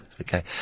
okay